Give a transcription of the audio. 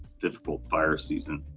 difficult fire season.